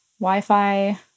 Wi-Fi